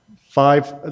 five